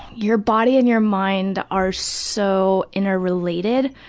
your body and your mind are so interrelated.